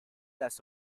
las